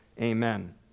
Amen